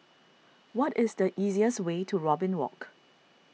what is the easiest way to Robin Walk